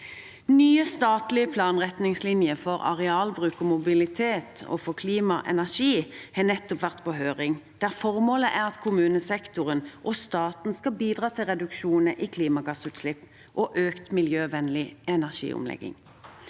Nye statlige planretningslinjer for arealbruk og mobilitet og for klima og energi har nettopp vært på høring, der formålet er at kommunesektoren og staten skal bidra til reduksjoner i klimagassutslipp og økt miljøvennlig energiomlegging.